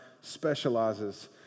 specializes